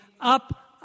up